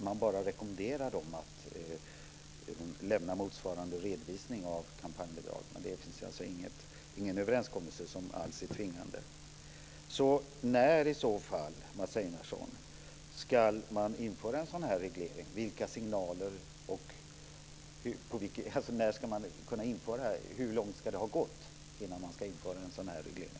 Man bara rekommenderar dem att lämna motsvarande redovisning av kampanjbidragen. Det finns alltså ingen överenskommelse som alls är tvingande. När, Mats Einarsson, ska man i så fall införa en sådan här reglering? Vilka signaler ska till? När ska man kunna införa det här? Hur långt ska det ha gått innan man inför en sådan här reglering?